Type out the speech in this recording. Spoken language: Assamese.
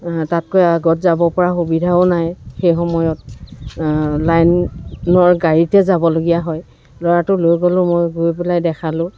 তাতকৈ আগত যাব পৰা সুবিধাও নাই সেই সময়ত লাইনৰ গাড়ীতে যাবলগীয়া হয় ল'ৰাটো লৈ গ'লোঁ মই গৈ পেলাই দেখালোঁ